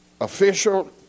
official